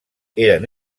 eren